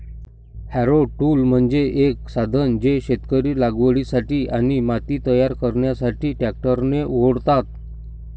Harrow tool म्हणजे एक साधन जे शेतकरी लागवडीसाठी आणि माती तयार करण्यासाठी ट्रॅक्टरने ओढतात